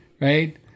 right